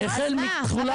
אז מה?